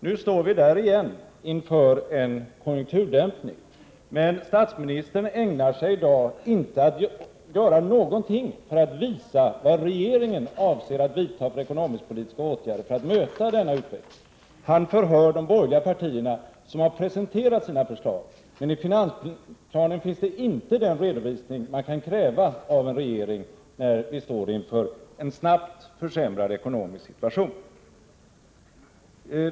Nu står vi på nytt inför en konjunkturdämpning, men statsministern ägnar sig i dag inte alls åt att tala om vad regeringen avser att vidta för ekonomisk-politiska åtgärder för att möta denna utveckling. Han förhör de borgerliga partierna som har presenterat sina förslag. I finansplanen finns inte den redovisning som man kan kräva av en regering, när vi står inför en snabb försämring av den ekonomiska situationen.